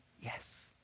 Yes